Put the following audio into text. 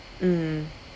mm